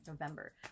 November